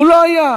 הוא לא היה.